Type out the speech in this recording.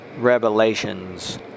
revelations